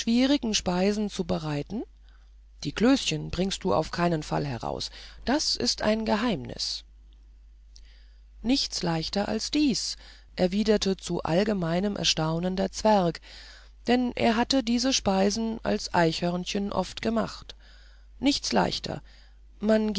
speisen zu bereiten die klößchen bringst du auf keinen fall heraus das ist ein geheimnis nichts leichter als dies erwiderte zu allgemeinem erstaunen der zwerg denn er hatte diese speisen als eichhörnchen oft gemacht nichts leichter man